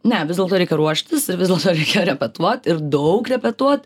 ne vis dėlto reikia ruoštis ir vis dėlto repetuot ir daug repetuot